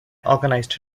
organized